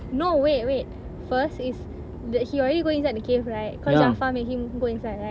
no wait wait first is the he already go inside the cave right cause jafar made him go inside right